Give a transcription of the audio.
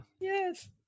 yes